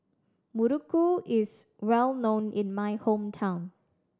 muruku is well known in my hometown